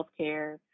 healthcare